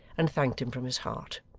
and thanked him from his heart.